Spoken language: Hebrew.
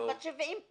אני בת 70 פלוס,